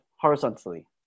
horizontally